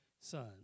son